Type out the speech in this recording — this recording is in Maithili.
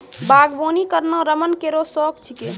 बागबानी करना रमन केरो शौक छिकै